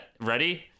Ready